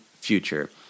future